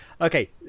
Okay